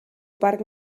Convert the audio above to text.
parc